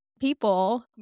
people